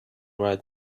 right